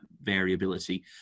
variability